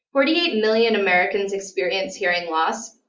forty eight million americans experience hearing loss,